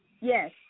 Yes